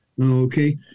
okay